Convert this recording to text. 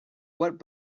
what